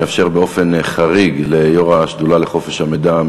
אני אאפשר באופן חריג ליושב-ראש השדולה לחופש המידע,